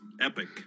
epic